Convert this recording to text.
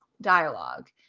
dialogue